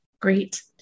Great